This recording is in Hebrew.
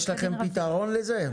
יש לכם פתרון לזה?